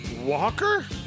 Walker